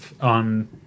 on